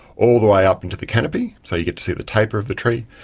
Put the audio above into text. all the way out into the canopy, so you get to see the taper of the tree.